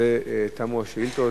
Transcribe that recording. בזה תמו השאילתות.